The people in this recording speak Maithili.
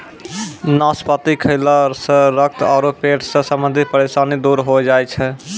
नाशपाती खैला सॅ रक्त आरो पेट सॅ संबंधित परेशानी दूर होय जाय छै